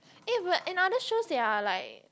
eh but in other shows they are like